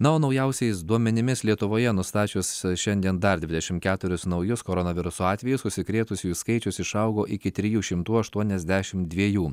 na o naujausiais duomenimis lietuvoje nustačius šiandien dar dvidešimt keturis naujus koronaviruso atvejus užsikrėtusiųjų skaičius išaugo iki trijų šimtų aštuoniasdešimt dviejų